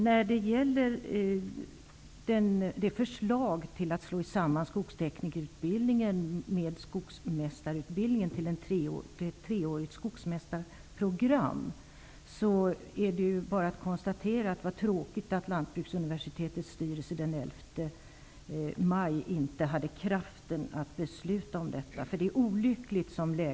När det gäller förslaget att slå samman skogsteknikerutbildningen med skogsmästarutbildningen till ett treårigt skogsmästarprogram är det bara att konstatera att det var tråkigt att Lantbruksuniversitetets styrelse inte hade kraften att fatta beslut om detta den 11 maj.